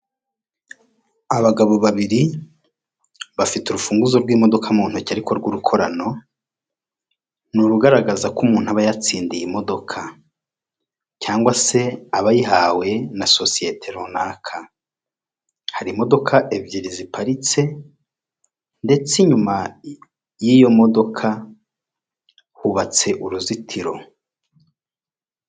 Abagabo babiri bafite urufunguzo rw'imodoka mu ntoki ariko rw'urukorano ni urugaragaza ko umuntu aba yatsindiye imodoka cyangwa se aba ayihawe na sosiyete runaka hari imodoka ebyiri ziparitse ndetse inyuma yiyo modoka hubatse uruzitiro .